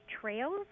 trails